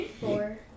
four